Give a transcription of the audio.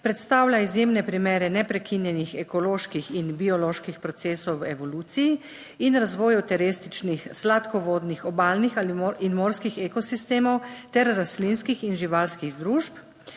Predstavlja izjemne primere neprekinjenih ekoloških in bioloških procesov v evoluciji in razvoju, terestičnih sladkovodnih, obalnih in morskih ekosistemov ter rastlinskih in živalskih združb.